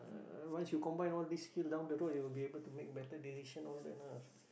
uh once you combine all these skill down the road you will be able to make better decision all that lah